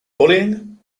bullying